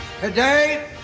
Today